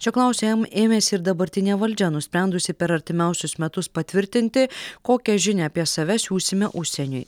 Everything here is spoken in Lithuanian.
šio klausi ėm ėmėsi ir dabartinė valdžia nusprendusi per artimiausius metus patvirtinti kokią žinią apie save siųsime užsieniui